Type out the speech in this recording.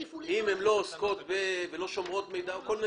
אם הן לא שומרות מידע או על כל מיני